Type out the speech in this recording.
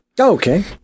Okay